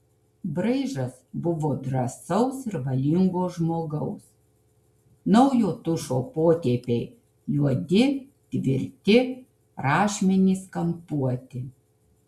braižas buvo drąsaus ir valingo žmogaus naujo tušo potėpiai juodi tvirti rašmenys kampuoti